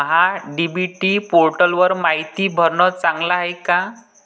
महा DBT पोर्टलवर मायती भरनं चांगलं हाये का?